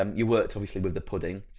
um you worked obviously with the pudding.